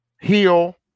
heal